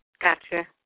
Gotcha